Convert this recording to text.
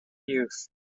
youth